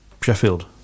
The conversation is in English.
Sheffield